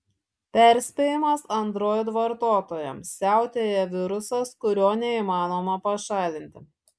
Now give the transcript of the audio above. perspėjimas android vartotojams siautėja virusas kurio neįmanoma pašalinti